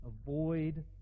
Avoid